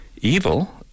Evil